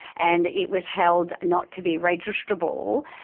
and it was held not to be registerable.